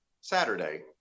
Saturday